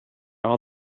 all